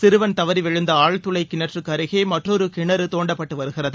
சிறுவன் தவறி விழுந்த ஆழ்துளை கிணற்றுக்கு அருகே மற்றொரு கிணறு தோண்டப்பட்டு வருகிறது